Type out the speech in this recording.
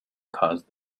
caused